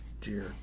dear